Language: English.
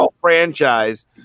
franchise